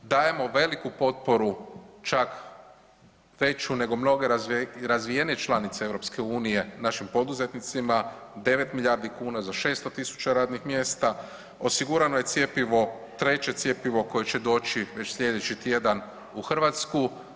Dajemo veliku potporu, čak veću nego mnoge razvijenije članice EU našim poduzetnicima, 9 milijardi kuna za 600.000 radnih mjesta, osigurano je cjepivo, treće cjepivo koje će doći već slijedeći tjedan u Hrvatsku.